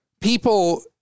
people